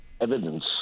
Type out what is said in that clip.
evidence